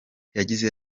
yagize